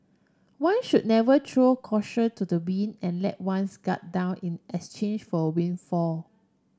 one should never throw caution to the wind and let one's guard down in exchange for windfall